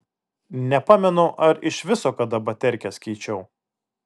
nepamenu ar iš viso kada baterkes keičiau